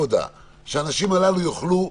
והאנשים האלה כן יוכלו